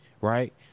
Right